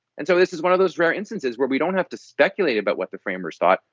and so this is one of those rare instances where we don't have to speculate about what the framers thought.